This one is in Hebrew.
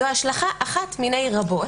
זאת השלכה אחת מיני רבות,